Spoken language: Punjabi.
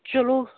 ਚਲੋ